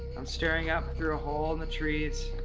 i'm staring up through a hole in the trees.